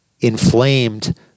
inflamed